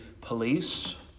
police